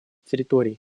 территорий